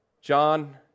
John